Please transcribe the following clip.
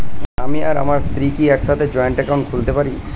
আমি আর আমার স্ত্রী কি একসাথে জয়েন্ট অ্যাকাউন্ট খুলতে পারি?